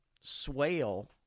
swale